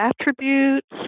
attributes